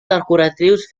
decoratius